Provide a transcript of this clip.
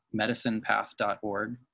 medicinepath.org